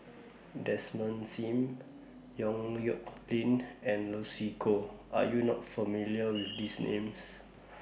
Desmond SIM Yong Nyuk Lin and Lucy Koh Are YOU not familiar with These Names